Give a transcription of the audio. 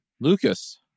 Lucas